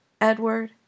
Edward